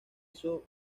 eso